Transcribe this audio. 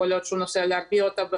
יכול להיות שהוא נוסע ל- -- בחו"ל,